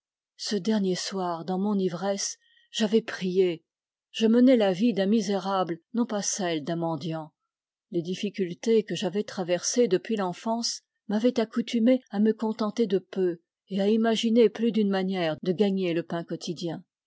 ce dernier soir dans mon ivresse j'avais prié je menai la vie d'un misérable non pas celle d'un mendiant les difficultés que j'avais traversées depuis l'enfance m'avaient accoutumé à me contenter de peu et à imaginer plus d'une manière de gagner le pain quotidien